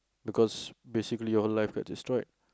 because basically your life get destroyed